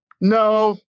No